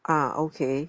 ah okay